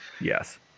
Yes